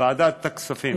ועדת הכספים.